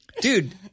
Dude